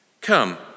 Come